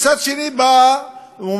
ומצד שני בא ואומר: